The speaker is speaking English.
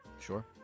Sure